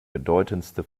bedeutendste